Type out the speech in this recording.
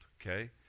okay